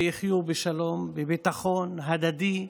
שיחיו בשלום, בביטחון הדדי,